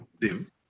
div